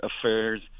affairs